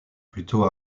plutôt